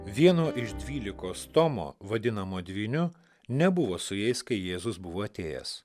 vieno iš dvylikos tomo vadinamo dvyniu nebuvo su jais kai jėzus buvo atėjęs